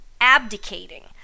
abdicating